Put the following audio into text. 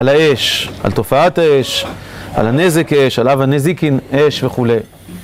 על האש, על תופעת האש, על הנזק אש, על אב הנזיקין אש וכולי.